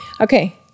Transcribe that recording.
Okay